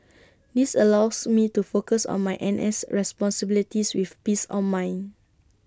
this allows me to focus on my N S responsibilities with peace on mind